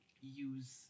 use